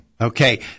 Okay